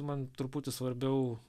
man truputį svarbiau